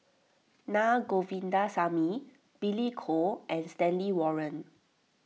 Na Govindasamy Billy Koh and Stanley Warren